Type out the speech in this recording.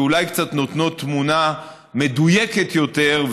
שאולי קצת נותנות תמונה מדויקת יותר,